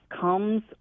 comes